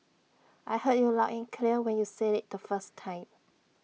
I heard you loud in clear when you said IT the first time